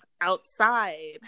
outside